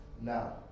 Now